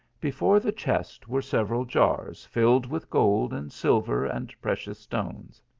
before the chest were several jars filled with gold and silver and precious stones.